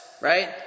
right